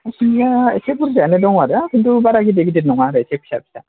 ना सिंगिआ एसे बुरजायानो दं आरो खिन्थु बारा गिदिर गिदिर नङा आरो एसे फिसा फिसा